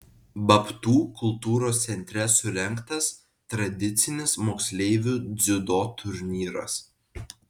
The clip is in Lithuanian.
babtų kultūros centre surengtas tradicinis moksleivių dziudo turnyras